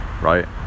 right